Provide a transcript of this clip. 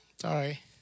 Sorry